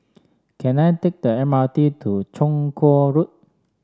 can I take the M R T to Chong Kuo Road